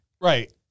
Right